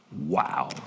Wow